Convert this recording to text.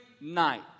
night